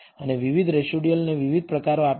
અને વિવિધ રેસિડયુઅલને વિવિધ પ્રકારો આપે છે